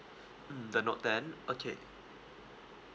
mm the note ten okay